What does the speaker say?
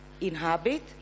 inhabit